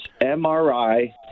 MRI